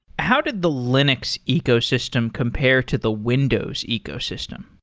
how did the linux ecosystem compare to the windows ecosystem?